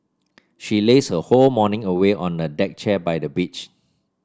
she lazed her whole morning away on a deck chair by the beach